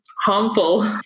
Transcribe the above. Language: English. harmful